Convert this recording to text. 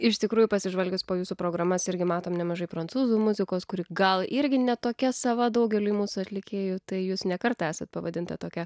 iš tikrųjų pasižvalgius po jūsų programas irgi matom nemažai prancūzų muzikos kuri gal irgi ne tokia sava daugeliui mūsų atlikėjų tai jūs ne kartą esat pavadinta tokia